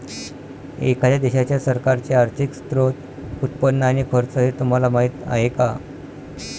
एखाद्या देशाच्या सरकारचे आर्थिक स्त्रोत, उत्पन्न आणि खर्च हे तुम्हाला माहीत आहे का